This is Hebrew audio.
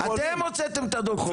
אתם הוצאתם את הדוחות.